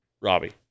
Robbie